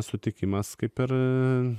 sutikimas kaip ir